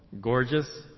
gorgeous